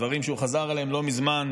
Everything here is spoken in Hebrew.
דברים שהוא חזר עליהם לא מזמן,